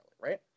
right